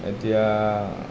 এতিয়া